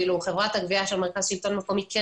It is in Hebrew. ואילו חברת הגבייה של מרכז שלטון מקומי כן